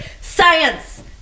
science